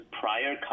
prior